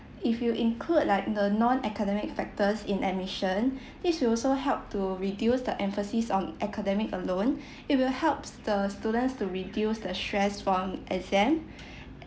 if you include like the non academic factors in admission this will also help to reduce the emphasis on academic alone it will helps the students to reduce the stress from exam